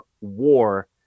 war